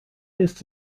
ist